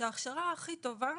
שההכשרה הכי טובה